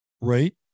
right